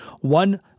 One